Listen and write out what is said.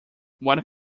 what